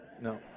No